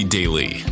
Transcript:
Daily